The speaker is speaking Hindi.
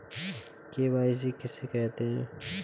के.वाई.सी किसे कहते हैं?